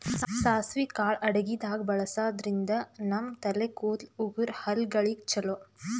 ಸಾಸ್ವಿ ಕಾಳ್ ಅಡಗಿದಾಗ್ ಬಳಸಾದ್ರಿನ್ದ ನಮ್ ತಲೆ ಕೂದಲ, ಉಗುರ್, ಹಲ್ಲಗಳಿಗ್ ಛಲೋ